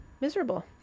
miserable